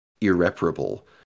irreparable